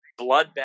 Bloodbath